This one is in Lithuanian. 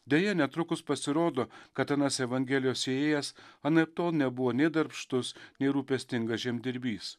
deja netrukus pasirodo kad anas evangelijos sėjėjas anaiptol nebuvo nei darbštus nei rūpestingas žemdirbys